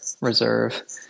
reserve